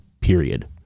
period